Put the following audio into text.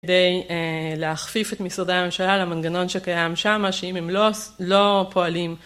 בכדי להכפיף את משרדי הממשלה למנגנון שקיים שם שאם הם לא פועלים.